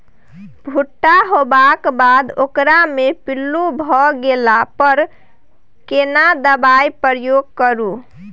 भूट्टा होबाक बाद ओकरा मे पील्लू भ गेला पर केना दबाई प्रयोग करू?